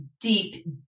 deep